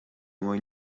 more